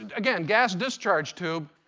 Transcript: and again, gas discharge tube.